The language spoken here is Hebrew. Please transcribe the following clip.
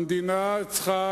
המדינה צריכה